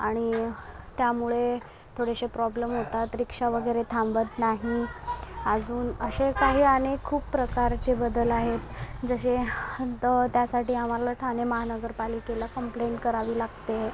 आणि त्यामुळे थोडेसे प्रॉब्लेम होतात रिक्षा वगैरे थांबत नाही अजून असे काही अनेक खूप प्रकारचे बदल आहे जसे तं त्यासाठी आम्हाला ठाणे महानगरपालिकेला कंप्लेंट करावी लागते